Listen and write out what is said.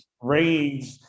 rage